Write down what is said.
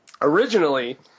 originally